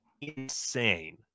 insane